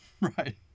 Right